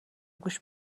گوشت